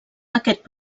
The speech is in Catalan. aquest